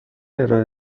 ارائه